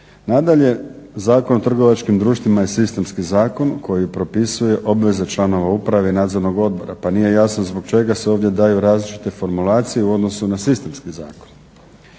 Nadalje, Zakon o trgovačkim društvima je sistemski zakon koji propisuje obveze članova uprave i nadzornog odbora pa nije jasno zbog čega se ovdje daju različite formulacije u odnosu na sistemski zakon.